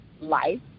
life